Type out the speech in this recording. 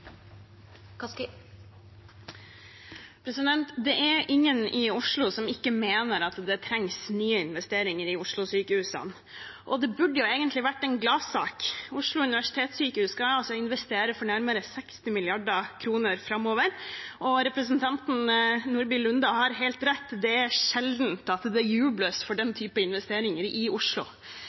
Det er ingen i Oslo som ikke mener at det trengs nye investeringer i Oslo-sykehusene. Det burde egentlig vært en gladsak at Oslo universitetssykehus skal investere for nærmere 60 mrd. kr framover, og representanten Nordby Lunde har helt rett i at det er sjelden det jubles over den typen investeringer i Oslo.